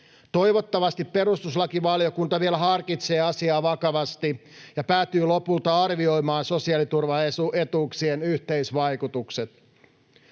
Toivottavasti perustuslakivaliokunta vielä harkitsee asiaa vakavasti ja päätyy lopulta arvioimaan sosiaaliturvaetuuksien yhteisvaikutukset.